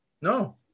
No